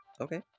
Okay